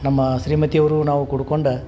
ನಮ್ಮ ಶ್ರೀಮತಿಯವ್ರು ನಾವು ಕೂಡ್ಕೊಂಡು